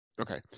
Okay